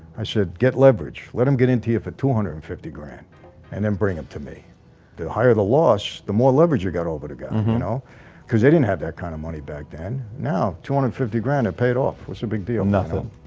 i said get leverage let him get into you for two hundred and fifty grand and then bring him to me the higher the loss the more leverage you got over together you know because they didn't have that kind of money back then now two hundred and fifty grand had paid off. what's the big deal? nothing,